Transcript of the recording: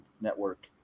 Network